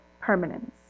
permanence